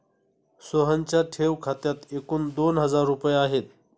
सोहनच्या ठेव खात्यात एकूण दोन हजार रुपये आहेत